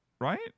right